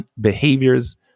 behaviors